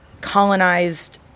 colonized